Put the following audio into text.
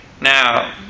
Now